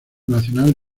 nacional